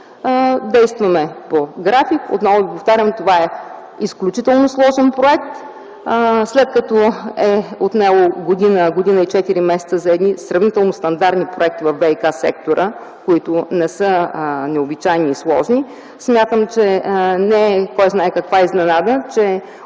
Действаме по график. Отново Ви повтарям, това е изключително сложен проект. След като е отнело година – година и четири месеца за едни сравнително стандартни проекти във ВиК сектора, които не са необичайни и сложни, смятам, че не е кой знае каква изненада,